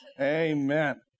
Amen